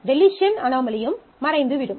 deletion அனாமலியும் மறைந்துவிடும்